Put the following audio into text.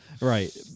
Right